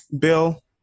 Bill